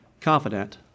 confident